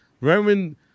Roman